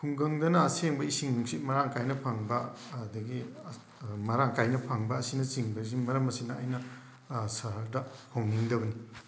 ꯈꯨꯡꯒꯪꯗꯅ ꯑꯁꯦꯡꯕ ꯏꯁꯤꯡ ꯅꯨꯡꯁꯤꯠ ꯃꯔꯥꯡ ꯀꯥꯏꯅ ꯐꯪꯕ ꯑꯗꯒꯤ ꯃꯔꯥꯡ ꯀꯥꯏꯅ ꯐꯪꯕ ꯑꯁꯤꯅꯆꯤꯡꯕꯁꯤꯡ ꯃꯔꯝ ꯑꯁꯤꯅ ꯑꯩꯅ ꯁꯍꯔꯗ ꯍꯣꯡꯅꯤꯡꯗꯕꯅꯤ